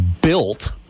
built